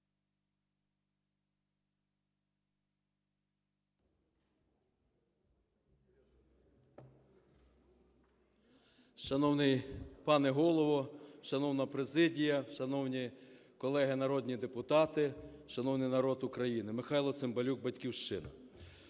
Шановний пане Голово, шановна президія! Шановні колеги народні депутати! Шановний народ України! Михайло Цимбалюк, "Батьківщина".